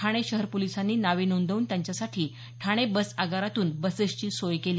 ठाणे शहर पोलिसांनी नावे नोंदवून त्यांच्यासाठी ठाणे बस आगारातून बसेसची सोय केली